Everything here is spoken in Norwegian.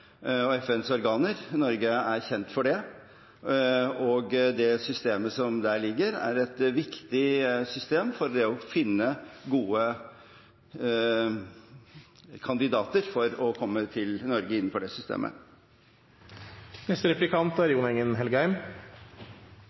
og FNs organer. Norge er kjent for det. Det systemet som der ligger, er et viktig system for det å finne gode kandidater for å komme til Norge. Det å løse verdens flyktningproblemer er